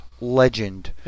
legend